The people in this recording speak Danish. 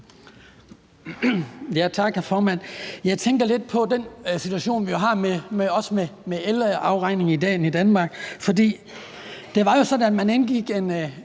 Tak, hr. formand. Jeg tænker lidt på den situation, vi har med elafregningen i Danmark i dag. For det var jo sådan, at man indgik en